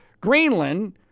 Greenland